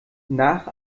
nach